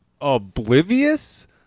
oblivious